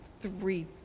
three